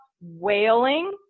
wailing